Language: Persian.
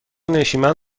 نشیمن